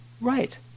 right